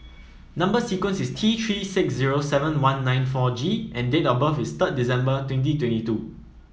number sequence is T Three six zero seven one nine four G and date of birth is third December twenty twenty two